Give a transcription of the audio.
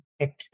Okay